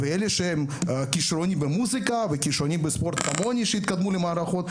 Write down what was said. ואלה שהם כשרוניים במוזיקה וכשרוניים בספורט כמוני שהתקדמו למערכות,